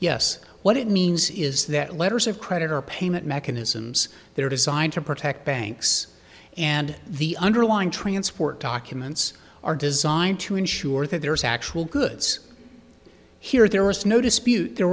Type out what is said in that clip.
yes what it means is that letters of credit are payment mechanisms that are designed to protect banks and the underlying transport documents are designed to ensure that there is actual goods here there was no dispute there